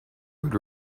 would